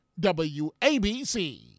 WABC